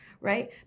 right